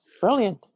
brilliant